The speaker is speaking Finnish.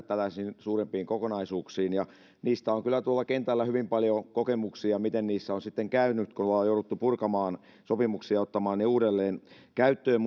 tällaisiin suurempiin kokonaisuuksiin ja niistä on kyllä tuolla kentällä hyvin paljon kokemuksia miten niissä on sitten käynyt kun ollaan jouduttu purkamaan sopimuksia ja ottamaan ne uudelleen käyttöön